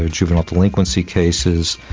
ah juvenile delinquency cases,